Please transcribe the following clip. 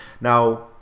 Now